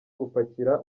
gupakira